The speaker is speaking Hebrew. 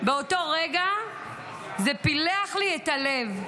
באותו רגע זה פילח לי את הלב.